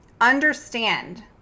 Understand